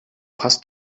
passt